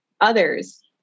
others